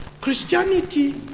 Christianity